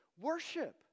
Worship